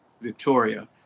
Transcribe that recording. Victoria